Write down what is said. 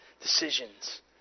decisions